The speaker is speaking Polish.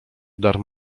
dar